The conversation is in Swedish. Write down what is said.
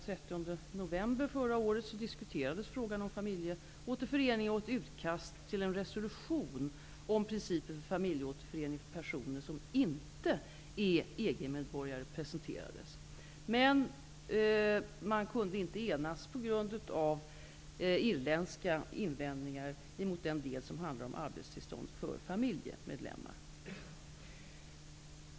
30 november förra året diskuterades frågan om familjeåterförening, och ett utkast till en resolution om principer för familjeåterförening för personer som inte är EG-medborgare presenterades. Men man kunde inte enas på grund av irländska invändningar mot den del som handlar om arbetstillstånd för familjemedlemmar.